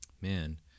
man